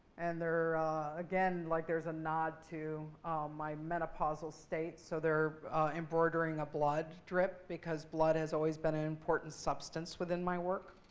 and again, like there's a nod to my menopausal state so they're embroidering a blood drip because blood has always been an important substance within my work.